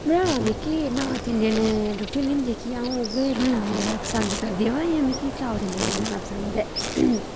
बनाना मिकी north Indian रुट्टी होंदी नीं जेह्की उ'ऐ बनाना ज्यादा पसंद करदी आं अवा मिकी साऊथ इंड़ियन रुट्टी बनाना पसंद ऐ